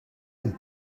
une